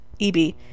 EB